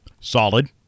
Solid